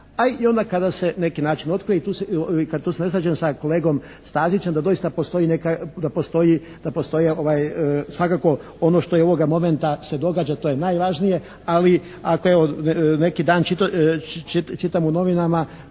i onda kada se na neki način otkriju. I tu se ne slažem sa kolegom Stazićem da doista postoji svakako ono što je ovoga momenta se događa a to je najvažnije, ali evo neki dan čitam u novinama